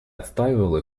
отстаивал